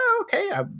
okay